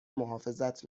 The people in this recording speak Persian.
محافظت